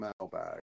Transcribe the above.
Mailbag